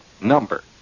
number